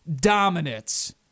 dominance